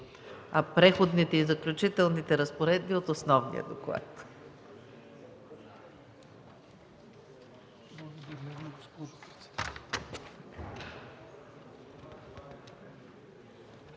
а „Преходните и заключителните разпоредби” са от основния доклад.